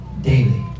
daily